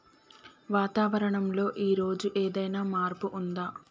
వాతావరణం లో ఈ రోజు ఏదైనా మార్పు ఉందా?